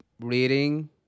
reading